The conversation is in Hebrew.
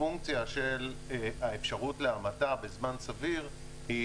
הפונקציה של האפשרות להמתה בזמן סביר היא